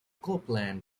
copeland